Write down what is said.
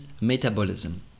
metabolism